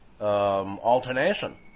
alternation